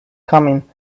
coming